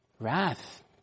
wrath